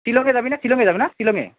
শ্বিলঙে যাবি নে শ্বিলঙে যাবি ন শ্বিলঙে